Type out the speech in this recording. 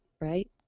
Right